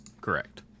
Correct